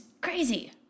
crazy